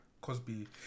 cosby